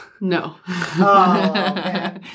No